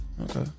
Okay